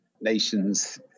nations